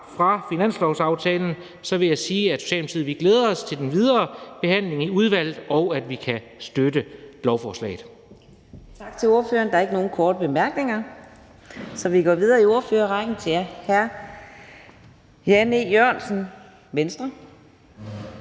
fra finanslovsaftalen allerede har, vil jeg sige, at vi i Socialdemokratiet glæder os til den videre behandling i udvalget, og at vi kan støtte lovforslaget.